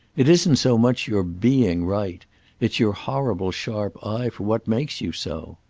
it isn't so much your being right' it's your horrible sharp eye for what makes you so.